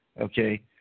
Okay